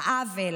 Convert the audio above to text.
העוול,